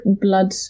blood